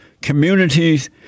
communities